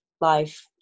life